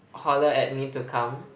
holler at me to come